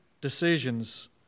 decisions